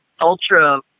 Ultra